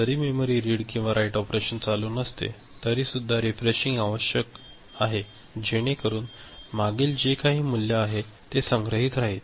जरी memory read किंवा write operation चालू नसते तरी सुद्धा रिफ्रेशिंग आवश्यक जेणेकरून मागील जे काही मूल्य आहे संग्रहित राहील